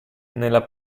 nella